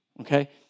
Okay